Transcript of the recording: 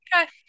Okay